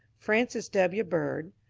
francis w. bird,